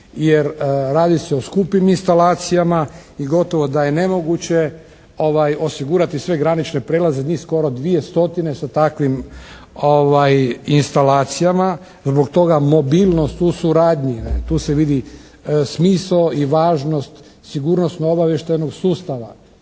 jer radi se o skupim instalacijama i gotovo da je nemoguće osigurati sve granične prijelaze, njih skoro 2 stotine sa takvim instalacijama. Zbog toga mobilnost u suradnji, tu se vidi smisao i važnost sigurnosno-obavještajnog sustava